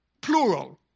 plural